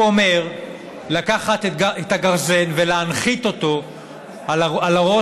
הוא אומר לקחת את הגרזן ולהנחית אותו על הראש